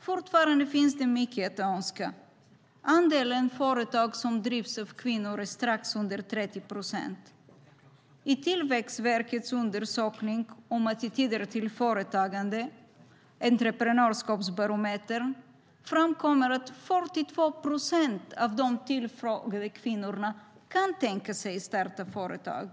Fortfarande finns mycket övrigt att önska. Andelen företag som drivs av kvinnor är strax under 30 procent. I Tillväxtverkets undersökning om attityder till företagande, Entreprenörskapsbarometern, framkommer att 42 procent av de tillfrågade kvinnorna kan tänka sig att starta företag.